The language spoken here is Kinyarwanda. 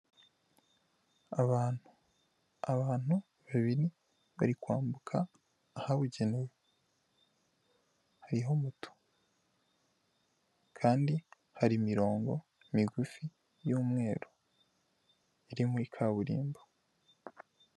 Abantu, abantu babiri bari kwambuka ahabugenewe, hariho moto kandi hari imirongo migufi y'umweru iri muri kaburimbo.